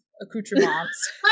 accoutrements